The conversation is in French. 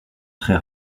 très